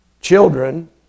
Children